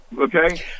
Okay